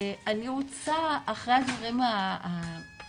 אני רוצה, אחרי הדברים הקשורים